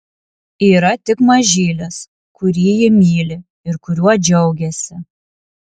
yra tik mažylis kurį ji myli ir kuriuo džiaugiasi